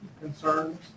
Concerns